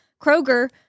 Kroger